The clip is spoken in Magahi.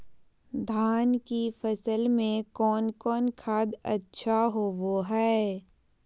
धान की फ़सल में कौन कौन खाद अच्छा होबो हाय?